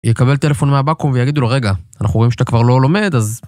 יקבל טלפון מהבקו"ם ויגידו לו, רגע, אנחנו רואים שאתה כבר לא לומד, אז...